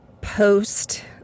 post